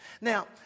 Now